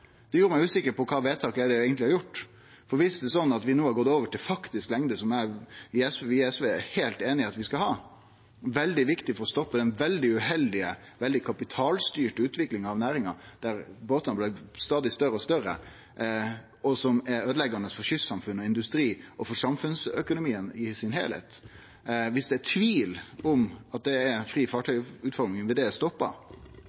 usikker på kva vedtak det eigentleg er vi har gjort. Det er vel sånn no at vi har gått over til faktisk lengde, som vi i SV er heilt einig i at vi skal ha? Det er veldig viktig for å stoppe den veldig uheldige, veldig kapitalstyrte utviklinga av næringa, der båtane blei større og større, noko som er øydeleggjande for kystsamfunn og industri og for samfunnsøkonomien i det heile. Viss det er tvil om at fri fartøyutforming er